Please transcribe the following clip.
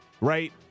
right